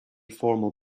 formal